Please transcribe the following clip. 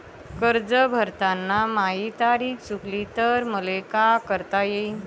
कर्ज भरताना माही तारीख चुकली तर मले का करता येईन?